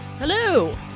Hello